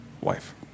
wife